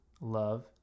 love